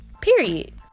Period